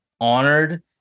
honored